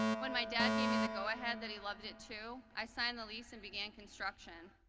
when my dad gave me the go ahead that he loved it too i signed the lease and began construction.